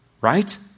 right